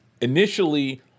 initially